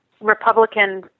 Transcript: Republican